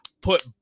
put